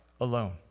alone